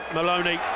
Maloney